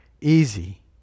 easy